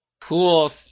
Cool